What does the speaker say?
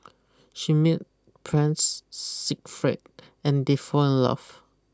she meet Prince Siegfried and they fall in love